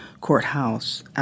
Courthouse